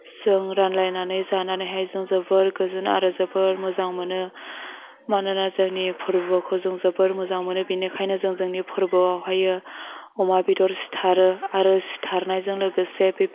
जों रानलायनानै जानानैहाय जों जोबोर गोजोनो आरो जोबोर मोजां मोनो मानोना जोंनि फोर्बोखौ जों जोबोर मोजां मोनो बिनिखायनो जोंनि फोरबोआवहायो अमा बेदर सिथारो आरो सिथारनायजों लोगोसे बे